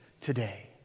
today